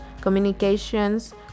communications